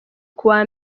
kuwa